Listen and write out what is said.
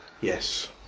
Yes